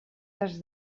has